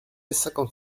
cinquante